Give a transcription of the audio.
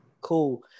Cool